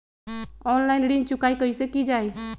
Online ऋण चुकाई कईसे की ञाई?